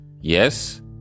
yes